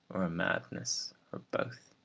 or a madness, or both.